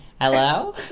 Hello